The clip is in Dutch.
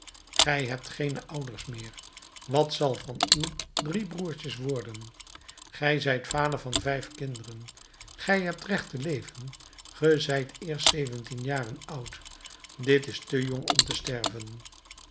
gij hebt geene ouders meer wat zal van uw drie broertjes worden gij zijt vader van vijf kinderen gij hebt recht te leven ge zijt eerst zeventien jaren oud dit is te jong om te sterven